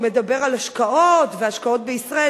הוא מדבר על השקעות והשקעות בישראל,